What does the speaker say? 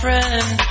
Friend